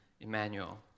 Emmanuel